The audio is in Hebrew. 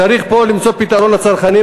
צריך פה למצוא פתרון צרכני,